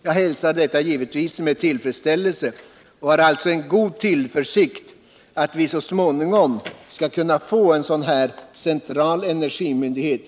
Jag hälsar naturligtvis detta med tillfredsställelse och hyser alltså en god tillförsikt att vi så småningom skall kunna få en sådan här central energimyndighet.